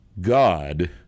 God